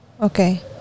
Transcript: okay